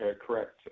correct